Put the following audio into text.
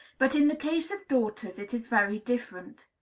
but in the case of daughters it is very different.